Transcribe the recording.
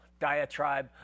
diatribe